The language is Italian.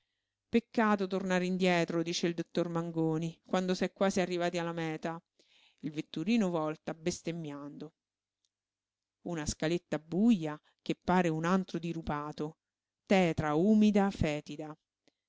peccato tornare indietro dice il dottor mangoni quando s'è quasi arrivati alla mèta il vetturino volta bestemmiando una scaletta buja che pare un antro dirupato tetra umida fetida